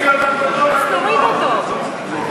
אז תוריד אותו.